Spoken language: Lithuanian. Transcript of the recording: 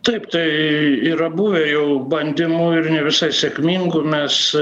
taip tai yra buvę jau bandymų ir ne visai sėkmingų mes